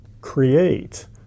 create